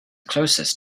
closest